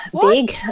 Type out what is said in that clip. big